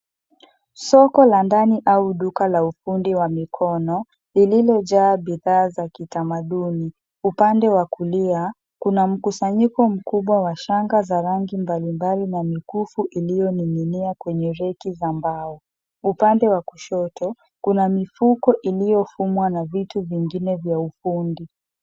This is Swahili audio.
Soko la ndani au duka la ufundi wa mikono lililojaa bidhaa za kitamaduni . Upande wa kulia kuna mkusanyiko mkubwa wa shanga za rangi mbalimbali na mikufu iliyoning'inia kwenye reki za mbao . Upande wa kushoto kuna mifuko iliyofumwa na vitu vingine vya ufundi.